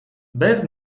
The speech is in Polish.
bez